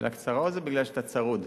השאלה קצרה, או זה בגלל שאתה צרוד?